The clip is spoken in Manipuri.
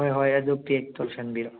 ꯍꯣꯏ ꯍꯣꯏ ꯑꯗꯨ ꯄꯦꯛ ꯇꯧꯁꯟꯕꯤꯔꯣ